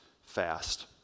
fast